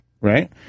right